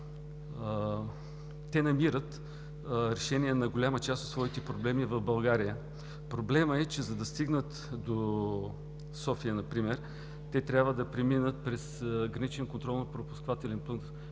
и намират решение на голяма част от своите проблеми в България. Проблемът е, че за да стигнат например до София, трябва да преминат през Граничния контролно-пропускателен пункт